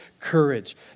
courage